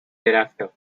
thereafter